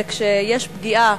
וכשיש פגיעה,